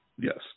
Yes